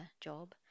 job